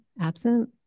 absent